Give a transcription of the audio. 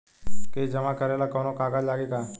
किस्त जमा करे ला कौनो कागज लागी का?